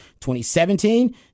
2017